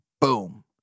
boom